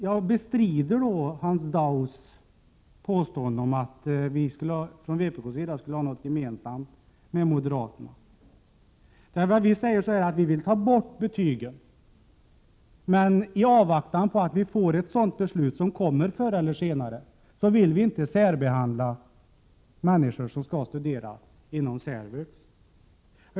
Jag bestrider Hans Daus påstående att vi från vpk skulle ha något gemensamt med moderaterna. Vi vill ta bort betygen, men i avvaktan på att vi får ett sådant beslut, som kommer förr eller senare, vill vi inte särbehandla människor som skall studera inom särvux.